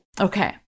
Okay